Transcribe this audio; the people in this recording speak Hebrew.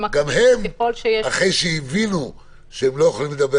גם הם אחרי שהבינו שהם לא יכולים לדבר